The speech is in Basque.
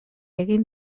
egin